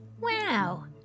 Wow